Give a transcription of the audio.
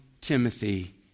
Timothy